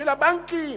של הבנקים,